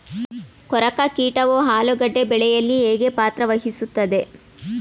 ಕೊರಕ ಕೀಟವು ಆಲೂಗೆಡ್ಡೆ ಬೆಳೆಯಲ್ಲಿ ಹೇಗೆ ಪಾತ್ರ ವಹಿಸುತ್ತವೆ?